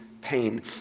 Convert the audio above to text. pain